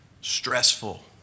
stressful